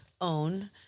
own